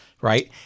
right